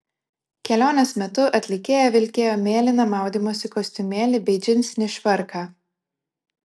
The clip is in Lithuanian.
kelionės metu atlikėja vilkėjo mėlyną maudymosi kostiumėlį bei džinsinį švarką